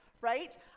right